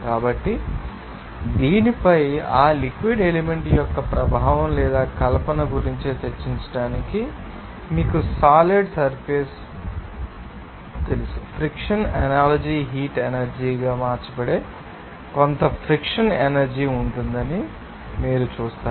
కాబట్టి దీనిపై ఆ లిక్విడ్ ఎలిమెంట్ యొక్క ప్రభావం లేదా కల్పన గురించి చర్చించడానికి మీకు సాలిడ్ సర్ఫెస్ తెలుసు ఫ్రిక్షన్ అనాలజీ హీట్ ఎనర్జీ గా మార్చబడే కొంత ఫ్రిక్షన్ ఎనర్జీ ఉంటుందని మీరు చూస్తారు